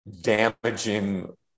damaging